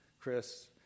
Chris